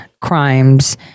crimes